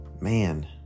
man